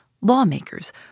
lawmakers